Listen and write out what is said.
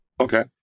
okay